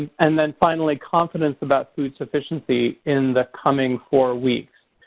and then finally confidence about food sufficiency in the coming four weeks.